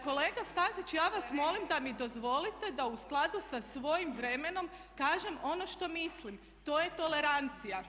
Kolega Stazić ja vas molim da mi dozvolite da u skladu sa svojim vremenom kažem ono što mislim, to je tolerancija.